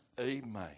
amen